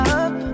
up